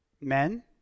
men